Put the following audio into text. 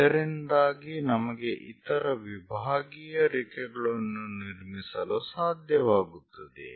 ಇದರಿಂದಾಗಿ ನಮಗೆ ಇತರ ವಿಭಾಗೀಯ ರೇಖೆಗಳನ್ನು ನಿರ್ಮಿಸಲು ಸಾಧ್ಯವಾಗುತ್ತದೆ